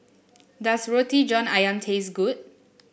does Roti John ayam taste good